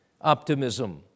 optimism